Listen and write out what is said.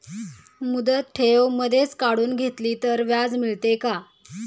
मुदत ठेव मधेच काढून घेतली तर व्याज मिळते का?